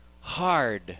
hard